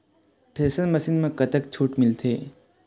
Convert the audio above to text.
Thresher machine म कतक छूट मिलथे?